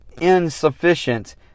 Insufficient